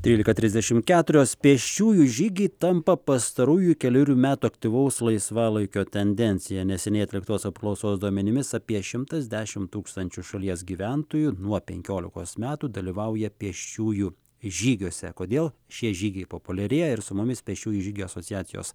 trylika trisdešimt keturios pėsčiųjų žygiai tampa pastarųjų kelerių metų aktyvaus laisvalaikio tendencija neseniai atliktos apklausos duomenimis apie šimtas dešim tūkstančių šalies gyventojų nuo penkiolikos metų dalyvauja pėsčiųjų žygiuose kodėl šie žygiai populiarėja ir su mumis pėsčiųjų žygių asociacijos